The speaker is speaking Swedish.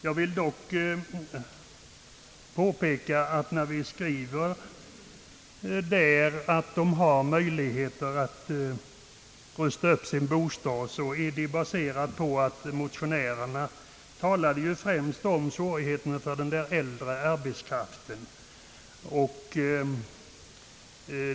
Jag vill dock påpeka att när utskottet skriver att innehavare av mindre jordbruk har möjlighet att få statligt stöd till upprustning av sin bostad, så är detta föranlett av att motionärerna främst pekat på svårigheterna att placera de äldre jordbrukarna på arbetsmarknaden.